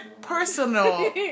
personal